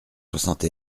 soixante